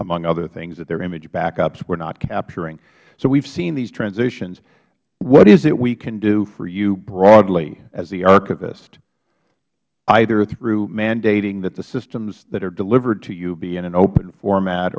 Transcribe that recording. among other things that they are image backups and were not capturing so we have seen these transitions what is it we can do for you broadly as the archivist either through mandating that the systems that are delivered to you be in an open format